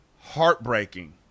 Heartbreaking